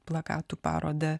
plakatų parodą